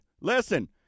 Listen